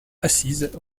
assise